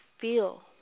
feel